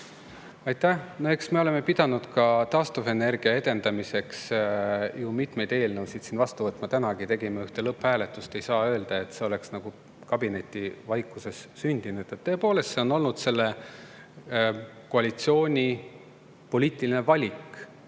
Aitäh! Eks me oleme pidanud ka taastuvenergia edendamiseks mitmeid eelnõusid siin ju vastu võtma, tänagi tegime ühe lõpphääletuse. Ei saa öelda, et see oleks nagu kabinetivaikuses sündinud. Tõepoolest, see on olnud praeguse koalitsiooni poliitiline valik